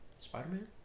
Spider-Man